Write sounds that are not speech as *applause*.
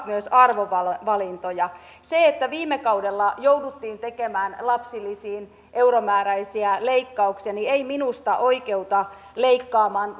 *unintelligible* myös arvovalintoja se että viime kaudella jouduttiin tekemään lapsilisiin euromääräisiä leikkauksia ei minusta oikeuta leikkaamaan *unintelligible*